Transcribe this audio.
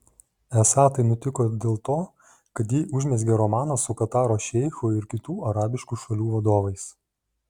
esą tai nutiko dėl to kad ji užmezgė romaną su kataro šeichu ir kitų arabiškų šalių vadovais